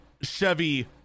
Chevy